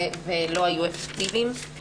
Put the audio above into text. ולא היו אפקטיביים.